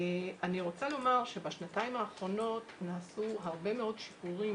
אני רוצה לומר שבשנתיים האחרונות נעשו הרבה מאוד שיפורים,